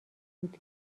سود